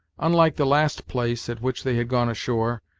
unlike the last place at which they had gone ashore,